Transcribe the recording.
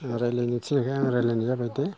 रायज्लायनो थिननायखाय आं रायज्लायनाय जाबाय दे